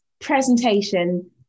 presentation